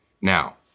now